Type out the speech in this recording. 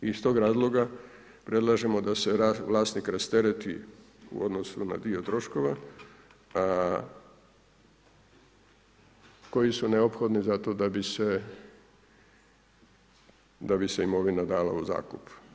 I iz tog razloga predlažemo da se vlasnik rastereti u odnosu na dio troškova koji su neophodni zato da bi se imovina dala u zakup.